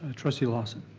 trustee lawson.